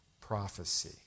prophecy